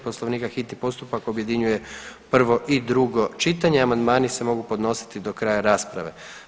Poslovnika hitni postupak objedinjuje prvo i drugo čitanje, a amandmani se mogu podnositi do kraja rasprave.